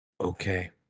Okay